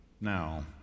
now